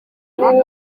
igihugu